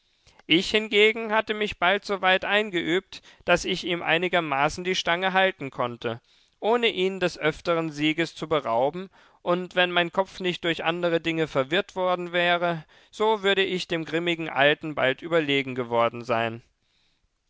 ich hingegen hatte mich bald soweit eingeübt daß ich ihm einigermaßen die stange halten konnte ohne ihn des öfteren sieges zu berauben und wenn mein kopf nicht durch andere dinge verwirrt worden wäre so würde ich dem grimmigen alten bald überlegen geworden sein